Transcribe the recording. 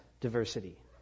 diversity